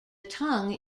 tongue